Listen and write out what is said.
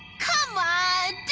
come on,